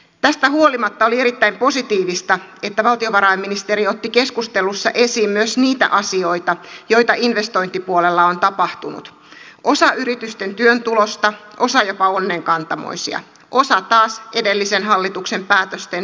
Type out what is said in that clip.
tästä huolimatta oli erittäin positiivista että valtiovarainministeri otti keskustelussa esiin myös niitä asioita joita investointipuolella on tapahtunut osa yritysten työn tulosta osa jopa onnenkantamoisia osa taas edellisen hallituksen päätösten vipuvaikutusta